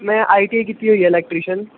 ਮੈਂ I T I ਕੀਤੀ ਹੋਈ ਹੈ ਇਲੈਕਟ੍ਰੀਸ਼ਨ